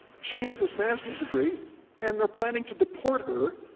she has this master's degree and they're planning to deport her.